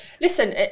Listen